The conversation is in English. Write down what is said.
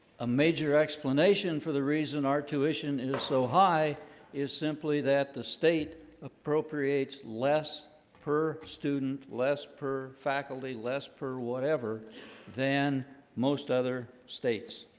a major explanation for the reason our tuition is so high is simply that the state appropriates less per student less per faculty less per whatever than most other states